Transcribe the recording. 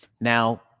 Now